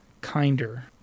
kinder